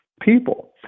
people